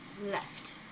Left